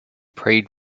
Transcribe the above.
prayed